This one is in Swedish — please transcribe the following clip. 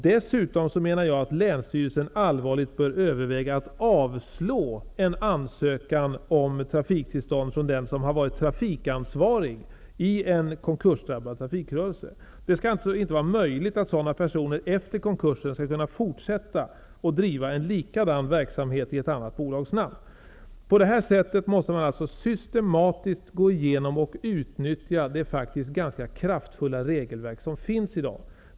Dessutom bör länsstyrelsen allvarligt överväga att avslå en ansökan om trafiktillstånd från den som har varit trafikansvarig i en konkursdrabbad trafikrörelse. Det skall alltså inte vara möjligt för sådana personer att efter konkursen fortsätta att driva en likadan verksamhet i ett annat bolags namn. På det här sättet måste man alltså systematiskt gå igenom och utnyttja det ganska kraftfulla regelverk som finns i dag.